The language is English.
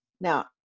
now